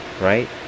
Right